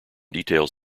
details